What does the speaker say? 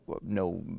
no